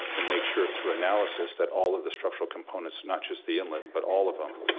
and make sure through analysis that all of the structural components, not just the inlet, but all of them,